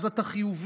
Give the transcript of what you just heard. אז אתה חיובי,